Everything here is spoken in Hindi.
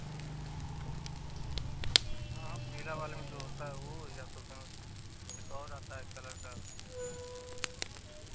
हँ पीला वाले में जो होता हे वो या तो फिर एक और आता है कलर का थोड़ा